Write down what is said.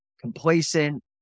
complacent